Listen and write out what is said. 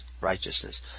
righteousness